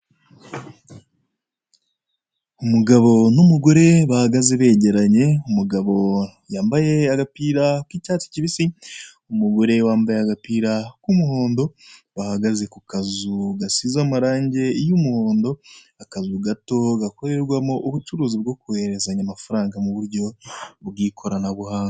Umugabo n'umugore bahagaze begeranye, umugabo yambaye agapira k'icyatsi kibisi, umugore wambaye agapira k'umuhondo, bahagaze ku kazu gasize amarange y'umuhondo, akazu gato gakorerwamo ubucuruzi bwo koherezanya amafaranga mu buryo bw'ikoranabuhanga.